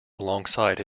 alongside